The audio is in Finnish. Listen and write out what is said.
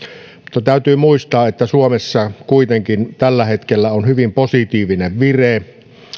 mutta täytyy muistaa että suomessa on kuitenkin tällä hetkellä hyvin positiivinen vire